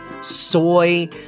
soy